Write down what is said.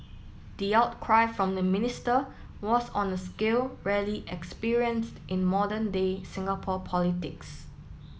the outcry from the minister was on a scale rarely experienced in modern day Singapore politics